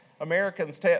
Americans